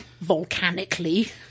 Volcanically